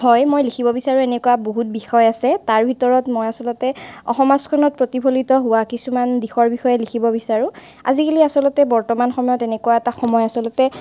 হয় মই লিখিব বিচাৰোঁ এনেকুৱা বহুত বিষয় আছে তাৰ ভিতৰত মই আচলতে সমাজখনত প্ৰতিফলিত হোৱা কিছুমান দিশৰ বিষয়ে লিখিব বিচাৰোঁ আজিকালি আচলতে বৰ্তমান সময়ত এনেকুৱা এটা সময়ত আচলতে